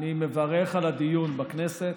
אני מברך על הדיון בכנסת.